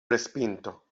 respinto